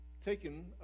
taken